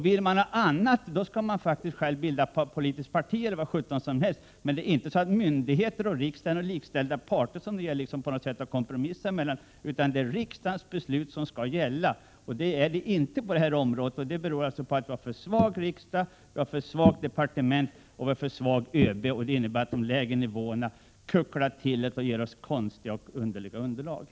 Vill man något annat skall man själv t.ex. bilda ett politiskt parti, men myndigheterna och riksdagen är inte att se som likställda parter som det gäller att kompromissa emellan, utan det är riksdagens beslut som skall gälla. Så är det inte på det här området, och det beror på att vi har för svag riksdag, för svagt departement och för svag ÖB. Det gör att man på de lägre nivåerna kucklar till det och ger oss konstiga underlag för besluten.